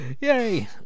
Yay